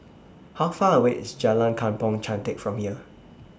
How Far away IS Jalan Kampong Chantek from here